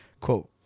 Quote